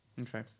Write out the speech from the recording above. Okay